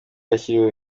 yashyiriweho